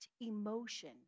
emotion